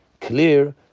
clear